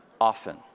often